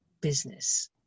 business